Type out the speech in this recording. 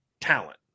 talent